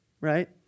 right